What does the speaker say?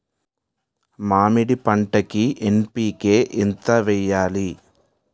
మామిడి పంటకి ఎన్.పీ.కే ఎంత వెయ్యాలి?